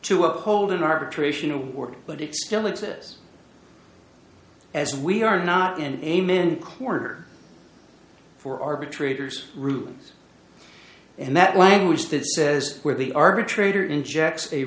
to uphold an arbitration award but it still exists as we are not and amen corner for arbitrator's ruling and that language that says where the arbitrator injects a